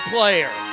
Player